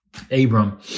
Abram